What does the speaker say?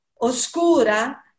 oscura